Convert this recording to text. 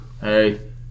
hey